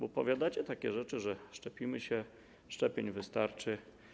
Opowiadacie takie rzeczy, że szczepimy się, że szczepień wystarczy.